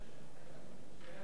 בבקשה.